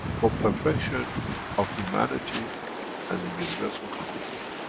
for perfection of humanity and the universal community.